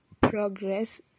progress